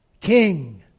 King